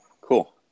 cool